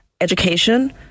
education